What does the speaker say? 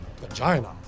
vagina